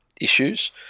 issues